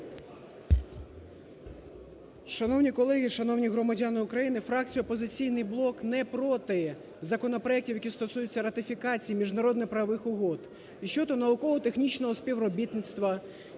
Шановні колеги, шановні громадяни України, фракція "Опозиційний блок" не проти законопроектів, які стосуються ратифікації міжнародно-правових угод і щодо науково-технічного співробітництва,